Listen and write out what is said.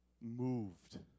moved